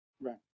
Right